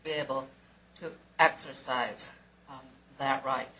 be able to exercise that right